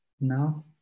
now